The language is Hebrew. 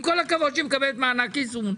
אבל צריך שהממשלה תתקצב ותעביר את הכסף במלואו לרשויות.